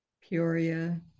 Peoria